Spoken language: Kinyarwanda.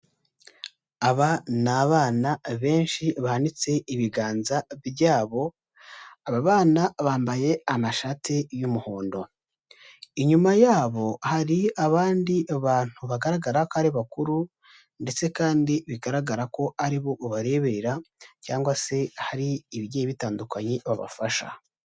Aba ni abana benshi bahanitse ibiganza byabo, aba bana bambaye amashati y'umuhondo, inyuma yabo hari abandi bantu bagaragara ko ari bakuru ndetse kandi bigaragara ko ari bo ubarebera cyangwa se hari ibigiye bitandukanye babafasha.